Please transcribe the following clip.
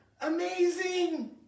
Amazing